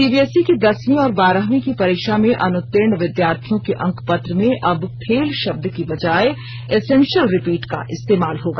CBSE की दसवीं और बारहवीं की परीक्षा में अनुतीर्ण विद्यार्थियों के अंकपत्र में अब फेल शब्द की बजाय एसेंशियल रिपीट का इस्तेमाल होगा